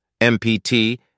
MPT